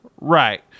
Right